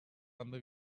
anda